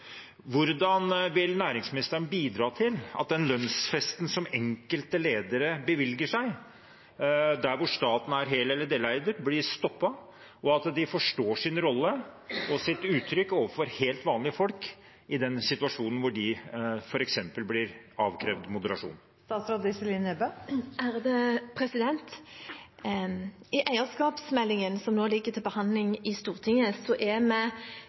Hvordan vil næringsministeren bidra til at den lønnsfesten som enkelte ledere bevilger seg, der hvor staten er hel- eller deleier, blir stoppet, og at de forstår sin rolle, hva det uttrykker, overfor helt vanlige folk i den situasjonen hvor de f.eks. blir avkrevd moderasjon? I eierskapsmeldingen som nå ligger til behandling i Stortinget, er vi